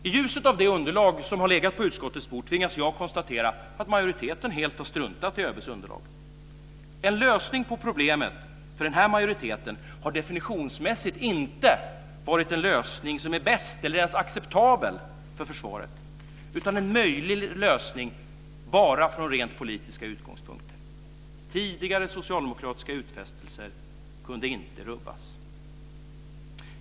I ljuset av det underlag som har legat på utskottets bord tvingas jag konstatera att majoriteten helt har struntat i ÖB:s underlag. En lösning på problemet för denna majoritet har definitionsmässigt inte varit den lösning som är bäst eller ens acceptabel för försvaret utan en möjlig lösning bara från rent politiska utgångspunkter. Tidigare socialdemokratiska utfästelser kunde inte rubbas.